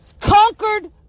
conquered